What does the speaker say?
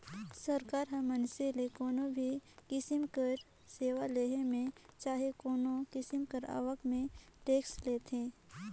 सरकार ह मइनसे ले कोनो भी किसिम कर सेवा लेहे में चहे कोनो किसिम कर आवक में टेक्स लेथे